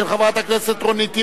של חברת הכנסת רונית תירוש.